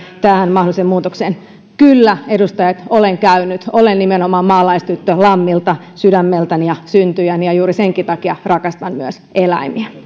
mahdolliseen muutokseen kyllä edustaja olen käynyt olen nimenomaan maalaistyttö lammilta sydämeltäni ja syntyjäni ja juuri senkin takia rakastan myös eläimiä